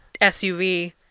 SUV